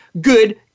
good